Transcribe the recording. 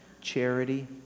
charity